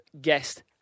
guest